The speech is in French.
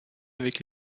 avec